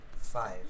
Five